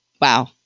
Wow